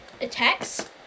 attacks